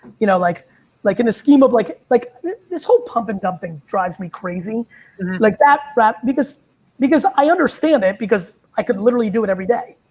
you know, like like in a scheme of like like, this whole pumping dumping drives me crazy like that that because because i understand it because i could literally do it every day,